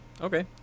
Okay